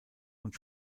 und